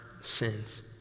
sins